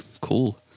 Cool